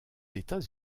états